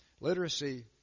Literacy